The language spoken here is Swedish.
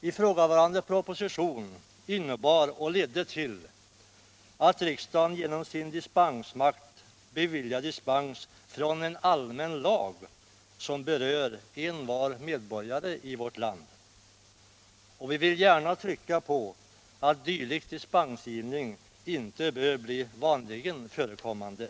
Ifrågavarande proposition innebar och ledde till att riksdagen genom sin dispensmakt beviljade dispens från en allmän lag som berör envar medborgare i vårt land. Vi vill gärna trycka på att dylik dispensgivning inte bör bli vanligen förekommande.